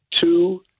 Two